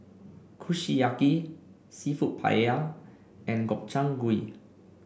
Kushiyaki seafood Paella and Gobchang Gui